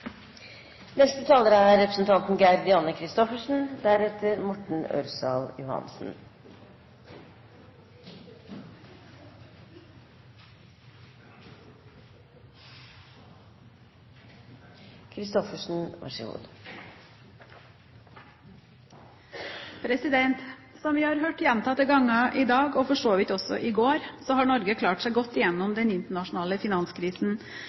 Som vi har hørt gjentatte ganger i dag, og for så vidt også i går, har Norge klart seg godt gjennom den internasjonale finanskrisen.